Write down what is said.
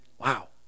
Wow